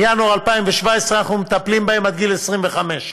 מינואר 2017 אנחנו מטפלים בהם עד גיל 25,